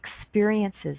experiences